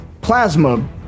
plasma